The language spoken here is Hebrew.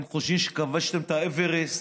אתם חושבים שכבשתם את האוורסט.